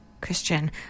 christian